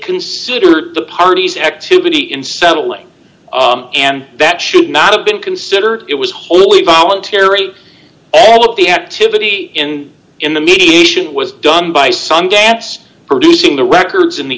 considered the parties activity in settling and that should not have been considered it was wholly voluntary all of the activity and in the mediation was done by some gaps producing the records in the